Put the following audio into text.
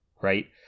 Right